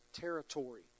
territory